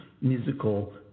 musical